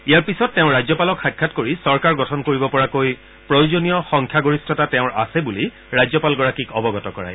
ইয়াৰ পিছত তেওঁ ৰাজ্যপালক সাক্ষাৎ কৰি চৰকাৰ গঠন কৰিব পৰাকৈ প্ৰয়োজনীয় সংখ্যাগৰিষ্ঠতা তেওঁৰ আছে বুলি ৰাজ্যপালগৰাকীক অৱগত কৰায়